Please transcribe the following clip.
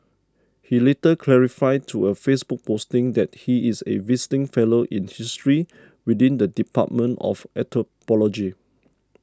he later clarified to a Facebook posting that he is a visiting fellow in history within the dept of anthropology